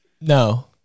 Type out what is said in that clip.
No